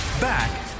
Back